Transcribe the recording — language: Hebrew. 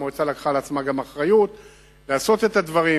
והמועצה לקחה על עצמה אחריות לעשות את הדברים.